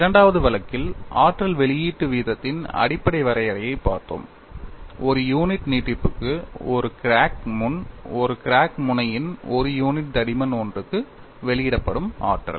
இரண்டாவது வழக்கில் ஆற்றல் வெளியீட்டு வீதத்தின் அடிப்படை வரையறையைப் பார்த்தோம் ஒரு யூனிட் நீட்டிப்புக்கு ஒரு கிராக் முன் ஒரு கிராக் முனையின் ஒரு யூனிட் தடிமன் ஒன்றுக்கு வெளியிடப்படும் ஆற்றல்